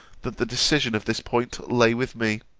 that the decision of this point lay with me.